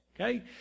okay